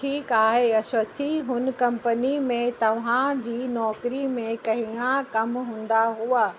ठीकु आहे अश्वथी हुन कंपनी में तव्हांजी नौकरी में कहिड़ा कम हूंदा हुआ